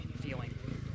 feeling